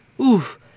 oof